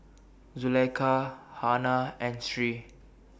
Zulaikha Hana and Sri